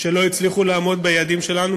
שלא הצליחו לעמוד ביעדים שלנו,